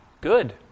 good